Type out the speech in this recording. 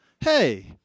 hey